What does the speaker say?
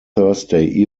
thursday